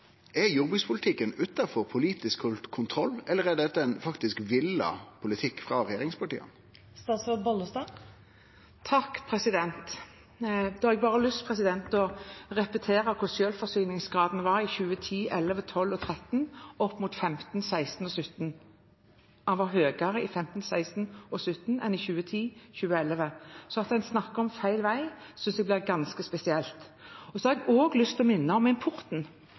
Er jordbrukspolitikken utanfor politisk kontroll, eller er dette faktisk ein villa politikk frå regjeringspartia? Da har jeg bare lyst til å repetere hvordan selvforsyningsgraden var i 2010, 2011, 2012 og 2013 opp mot 2015, 2016 og 2017. Den var høyere i 2015, 2016 og 2017 enn i 2010, 2011, 2012 og 2013. Så at en snakker om feil vei, synes jeg blir ganske spesielt. Jeg har også lyst til å minne om importen.